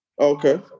Okay